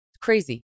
Crazy